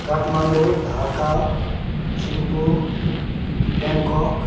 Kathmandu Dhaka Thimphu Bangkok